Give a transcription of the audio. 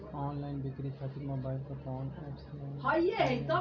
Online बिक्री खातिर mobile पर कवना एप्स लोन कईल जाला?